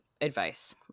advice